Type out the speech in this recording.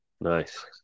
Nice